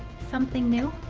something new?